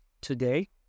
today